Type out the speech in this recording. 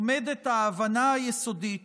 עומדת ההבנה היסודית